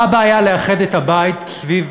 מה הבעיה לאחד את הבית סביב